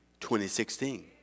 2016